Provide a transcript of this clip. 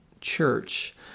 Church